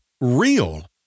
real